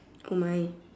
oh my